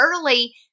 early